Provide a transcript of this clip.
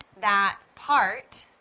that part